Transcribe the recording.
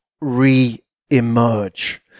re-emerge